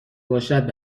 باشد